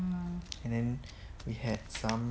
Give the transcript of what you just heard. and then we had some